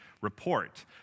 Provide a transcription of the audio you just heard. report